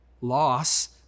loss